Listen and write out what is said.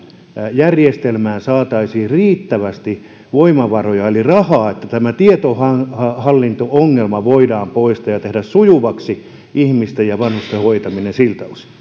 järjestelmään saataisiin riittävästi voimavaroja eli rahaa niin että tämä tietohallinto ongelma voidaan poistaa ja tehdä sujuvaksi ihmisten ja vanhusten hoitaminen siltä osin